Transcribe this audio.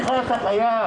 יש לך זכות הצבעה?